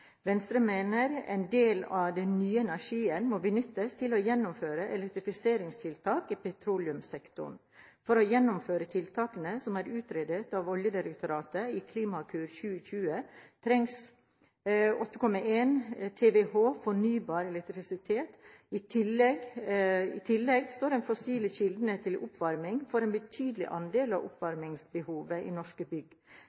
Venstre mener at en del av den nye energien må benyttes til å gjennomføre elektrifiseringstiltak i petroleumssektoren. For å gjennomføre tiltakene som er utredet av Oljedirektoratet i Klimakur 2020, trengs 8,1 TWh fornybar elektrisitet. I tillegg står fossile kilder til oppvarming for en betydelig del av